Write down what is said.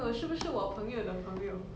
I think so